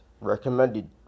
recommended